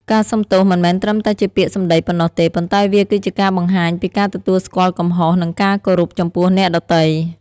ការសុំទោសមិនមែនត្រឹមតែជាពាក្យសម្ដីប៉ុណ្ណោះទេ ប៉ុន្តែវាគឺជាការបង្ហាញពីការទទួលស្គាល់កំហុស និងការគោរពចំពោះអ្នកដទៃ។